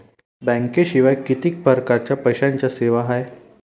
बँकेशिवाय किती परकारच्या पैशांच्या सेवा हाय?